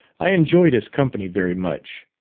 i enjoyed his company very much.